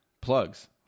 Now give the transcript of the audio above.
plugs